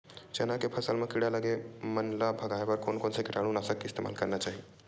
चना के फसल म लगे किड़ा मन ला भगाये बर कोन कोन से कीटानु नाशक के इस्तेमाल करना चाहि?